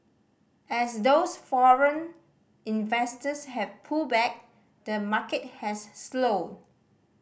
as those foreign investors have pulled back the market has slowed